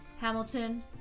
Hamilton